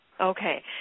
Okay